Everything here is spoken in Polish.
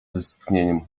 westchnieniem